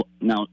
now